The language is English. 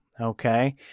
Okay